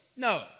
No